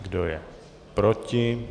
Kdo je proti?